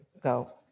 Go